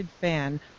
fan